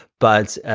but